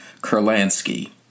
Kurlansky